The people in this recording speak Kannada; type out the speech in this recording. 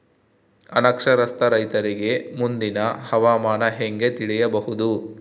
ಅನಕ್ಷರಸ್ಥ ರೈತರಿಗೆ ಮುಂದಿನ ಹವಾಮಾನ ಹೆಂಗೆ ತಿಳಿಯಬಹುದು?